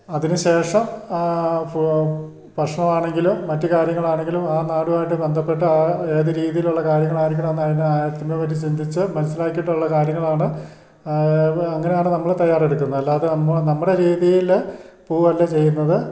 അതിനുശേഷം ഭക്ഷണമാണെങ്കിലും മറ്റു കാര്യങ്ങളാണെങ്കിലും ആ നാടുമായിട്ട് ബന്ധപ്പെട്ട് ആ ഏതു രീതിയിലുള്ള കാര്യങ്ങളാരിക്കണം എന്ന് അതിന് ആ അതിനെപ്പറ്റി ചിന്തിച്ചു മനസ്സിലാക്കിയിട്ടുള്ള കാര്യങ്ങളാണ് അത് അങ്ങനെയാണ് നമ്മൾ തയ്യാറെടുക്കുന്ന അല്ലാതെ നമ്മൾ നമ്മുടെ രീതിയിൽ പോവുകയല്ല ചെയ്യുന്നത്